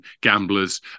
gamblers